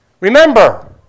Remember